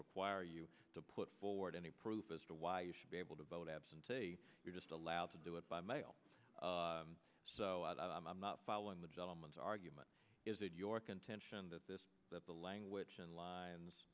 require you to put forward any proof as to why you should be able to vote absentee you're just allowed to do it by mail so i'm not following the developments argument is it your contention that this that the language in lines